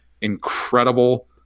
incredible